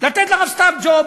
לתת לרב סתיו ג'וב.